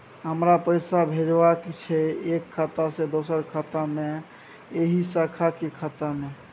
हमरा पैसा भेजबाक छै एक खाता से दोसर खाता मे एहि शाखा के खाता मे?